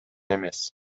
эмес